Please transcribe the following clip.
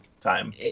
time